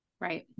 Right